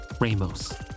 Ramos